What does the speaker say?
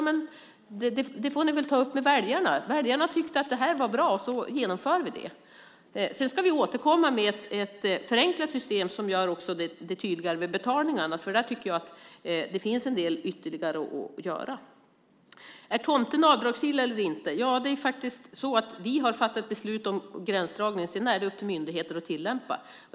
Men det får ni väl ta upp med väljarna. Väljarna tyckte att det här var bra, och så genomför vi det. Sedan ska vi återkomma med ett förenklat system som gör det tydligare med betalningarna, för där tycker jag att det finns en del ytterligare att göra. Är tomten avdragsgill eller inte? Det är faktiskt så att vi har fattat beslut om gränsdragning. Sedan är det upp till myndigheter att tillämpa det.